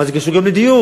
מה זה קשור גם לדיור?